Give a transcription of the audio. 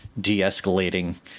de-escalating